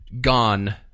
gone